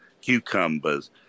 cucumbers